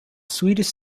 swedish